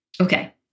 Okay